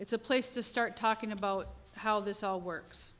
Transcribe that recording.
it's a place to start talking about how this all works